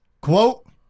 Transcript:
Quote